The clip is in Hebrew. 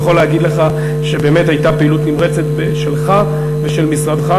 אני יכול להגיד לך שבאמת הייתה פעילות נמרצת שלך ושל משרדך,